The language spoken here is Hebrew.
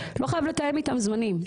לא חייב לתאם איתם זמנים.